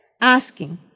asking